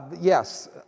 Yes